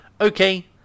Okay